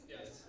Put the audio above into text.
Yes